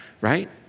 right